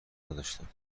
نداشتم